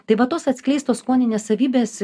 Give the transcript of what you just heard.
tai va tos atskleistos skoninės savybės